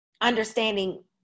understanding